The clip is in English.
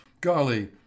Golly